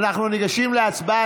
אנחנו ניגשים להצבעה.